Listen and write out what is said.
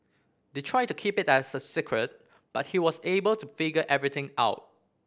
they tried to keep it a secret but he was able to figure everything out